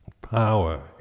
power